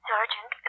Sergeant